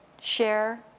share